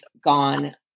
gone